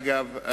אגב,